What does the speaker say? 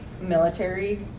military